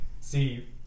See